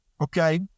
okay